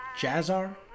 Jazzar